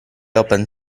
open